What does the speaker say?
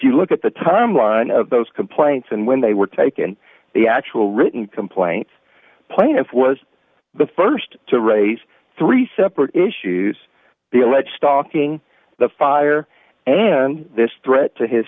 you look at the timeline of those complaints and when they were taken the actual written complaints plaintiff was the st to raise three separate issues the alleged stalking the fire and then this threat to his